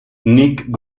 nick